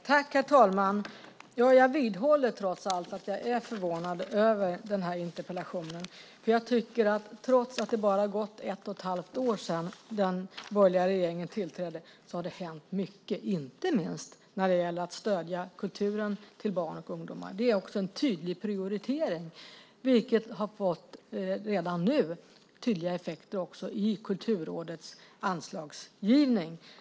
Herr talman! Jag vidhåller trots allt att jag är förvånad över interpellationen. Trots att det bara har gått ett och ett halvt år sedan den borgerliga regeringen tillträdde har det hänt mycket, inte minst när det gäller att stödja kulturen till barn och ungdomar. Det är en tydlig prioritering som redan nu har fått tydliga effekter i Kulturrådets anslagsgivning.